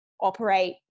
operate